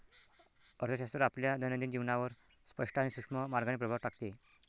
अर्थशास्त्र आपल्या दैनंदिन जीवनावर स्पष्ट आणि सूक्ष्म मार्गाने प्रभाव टाकते